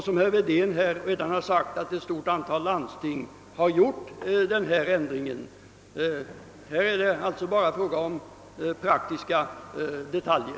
Som herr Wedén påpekat, har också ett stort antal landsting företagit sådana justeringar. Här är det alltså bara fråga om praktiska detaljer.